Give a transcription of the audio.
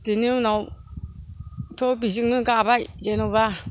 बेनि उनावथ' बोजोंनो गाबाय जेन'बा